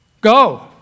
Go